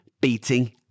beating